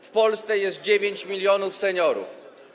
W Polsce jest 9 mln seniorów.